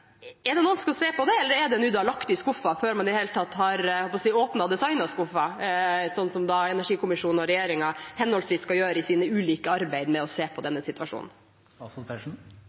Er det noe man skal se på, eller er det lagt i skuffen før man i det hele tatt har – jeg holdt på å si – åpnet og designet skuffen, slik henholdsvis energikommisjonen og regjeringen skal gjøre i sine ulike arbeid med å se på denne situasjonen?